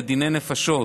זה דיני נפשות,